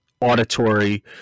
auditory